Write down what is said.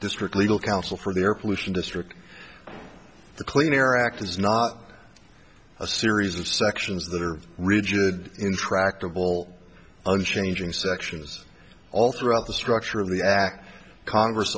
district legal counsel for their pollution district the clean air act is not a series of sections that are rigid intractable unchanging sections all throughout the structure of the act congress